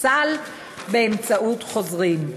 סל באמצעות חוזרים.